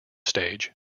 stage